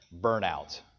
burnout